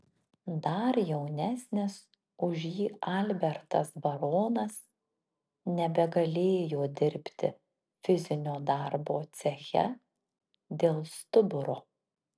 dar jaunesnis už jį albertas baronas nebegalėjo dirbti fizinio darbo ceche dėl stuburo